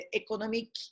economic